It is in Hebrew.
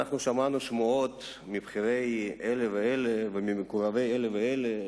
שמענו שמועות מבכירי אלה ואלה וממקורבי אלה ואלה,